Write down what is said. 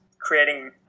creating